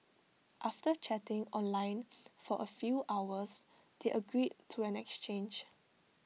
after chatting online for A few hours they agreed to an exchange